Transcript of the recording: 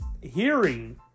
Hearing